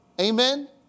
Amen